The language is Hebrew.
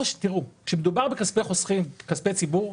כשמדובר בכספי חוסכים, כספי ציבור,